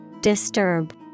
Disturb